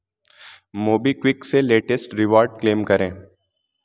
MobiKwik से latest reward claim करें